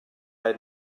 had